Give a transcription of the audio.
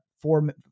Four